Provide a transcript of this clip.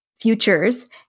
futures